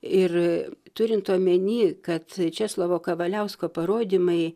ir turint omeny kad česlovo kavaliausko parodymai